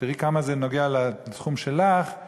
תראי כמה זה נוגע לתחום שלך,